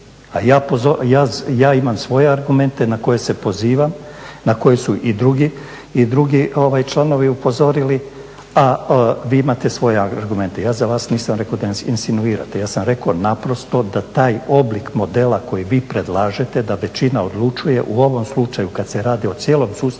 ja imam svoje argumenta na koje se pozivam, na koji su i drugi članovi upozorili, a vi imate svoje argumente. Ja za vas nisam rekao da insinuirate, ja sam rekao naprosto da taj oblik modela koji vi predlažete da većina odlučuje u ovom slučaju kada se radi o cijelom sustavu